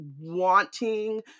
wanting